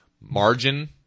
margin